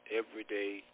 everyday